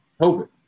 COVID